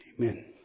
amen